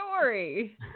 story